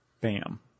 Bam